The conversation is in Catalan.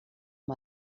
amb